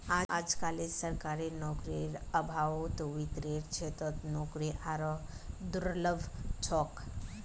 अजकालित सरकारी नौकरीर अभाउत वित्तेर क्षेत्रत नौकरी आरोह दुर्लभ छोक